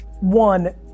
One